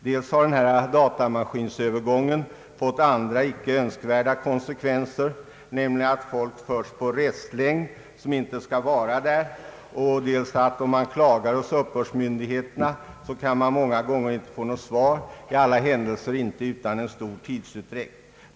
Övergången till datamaskin har också fått andra icke önskvärda konsekvenser, t.ex. att folk förs upp på restlängd som inte skall stå där. Vidare händer det att personer som klagar hos uppbördsmyndigheten inte får något besked, i alla händelser inte utan avsevärd tidsutdräkt.